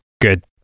good